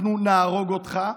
אנחנו נהרוג אותך.